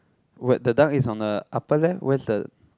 what the duck is on the upper deck where is the